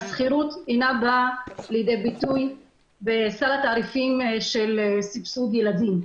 השכירות אינה באה לידי ביטוי בסל התעריפים של סבסוד ילדים,